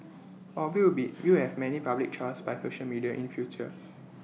or we will be we will have many public trials by social media in future